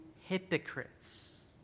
hypocrites